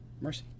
Mercy